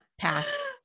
pass